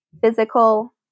physical